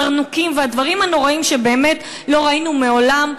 הזרנוקים והדברים הנוראיים שבאמת לא ראינו מעולם,